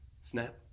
Snap